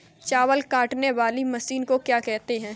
चावल काटने वाली मशीन को क्या कहते हैं?